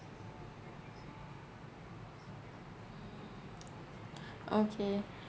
okay